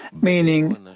meaning